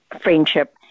friendship